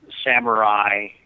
samurai